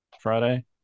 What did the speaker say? Friday